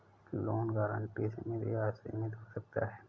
loan guarantee सीमित या असीमित हो सकता है